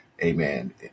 amen